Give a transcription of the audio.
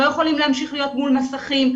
לא יכולים להמשיך להיות מול מסכים.